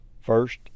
First